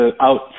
out